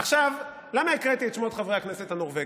עכשיו, למה הקראתי את שמות חברי הכנסת הנורבגים?